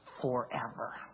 forever